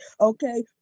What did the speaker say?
okay